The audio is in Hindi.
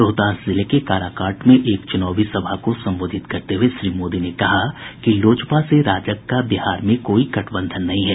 रोहतास जिले के काराकाट में एक च्रनावी सभा को संबोधित करते हुए श्री मोदी ने कहा कि लोजपा से राजग का बिहार में कोई गठबंधन नहीं है